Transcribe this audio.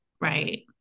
Right